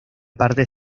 partes